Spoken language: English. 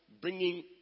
bringing